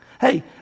Hey